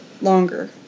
longer